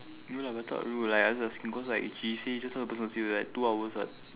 ya lah better I ask cause she say just now the person say two hours what